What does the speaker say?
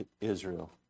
Israel